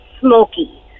smoky